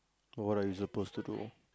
what are you suppose to do